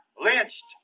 Lynched